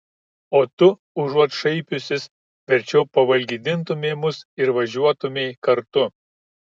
o tu užuot šaipiusis verčiau pavalgydintumei mus ir važiuotumei kartu